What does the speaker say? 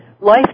life